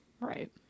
right